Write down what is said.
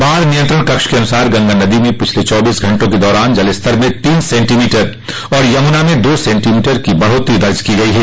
बाढ़ नियंत्रण कक्ष के अनुसार गंगा नदी में पिछले चौबीस घंटों के दौरान जलस्तर में तीन सेंटीमीटर और यमुना में दो सेंटीमीटर की बढ़ोत्तरी दर्ज की गई है